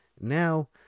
now